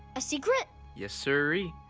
a secret? yessiree.